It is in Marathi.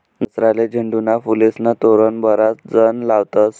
दसराले झेंडूना फुलेस्नं तोरण बराच जण लावतस